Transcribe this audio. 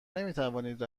نمیتوانید